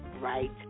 right